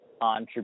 on